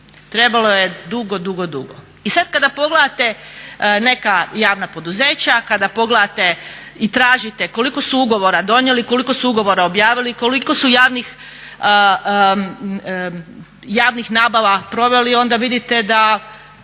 Trebalo je dugo, dugo, dugo. I sad kada pogledate neka javna poduzeća, kada pogledate i tražite koliko su ugovora donijeli, koliko su ugovora objavili, koliko su javnih nabava proveli onda vidite da